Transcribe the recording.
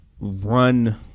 run